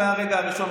מהרגע הראשון,